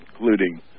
including